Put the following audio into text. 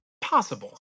possible